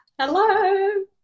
Hello